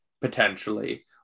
potentially